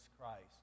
Christ